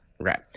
right